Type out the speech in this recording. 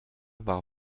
war